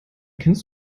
kennst